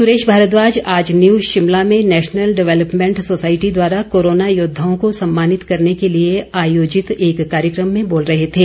सुरेश भारद्वाज आज न्यू शिमला में national development society द्वारा कोरोना योद्वाओं को सम्मानित करने के लिए आयोजित एक कार्यकम में बोल रहे थे